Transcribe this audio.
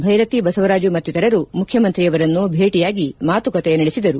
ಬೈರತಿ ಬಸವರಾಜು ಮತ್ತಿತರರು ಮುಖ್ಯಮಂತ್ರಿಯವರನ್ನು ಭೇಟಿಯಾಗಿ ಮಾತುಕತೆ ನಡೆಸಿದರು